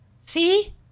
See